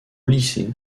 lycée